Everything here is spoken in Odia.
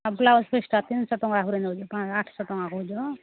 ବ୍ଲାଉଜ୍ ପିସ୍ଟା ତିନିଶହ ଟଙ୍କା ପରେ ନେଉଛ ଆଠଶହ ଟଙ୍କା କହୁଛ